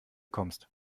kommst